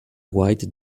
white